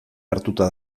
hartuta